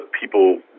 people